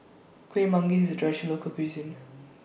Kueh Manggis IS A Traditional Local Cuisine